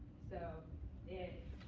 so it's